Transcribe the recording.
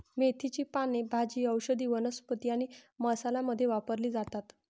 मेथीची पाने भाजी, औषधी वनस्पती आणि मसाला मध्ये वापरली जातात